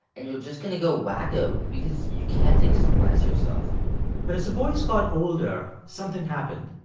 and you're just going to go wacko because you can't express yourself but as the boys got older, something happened.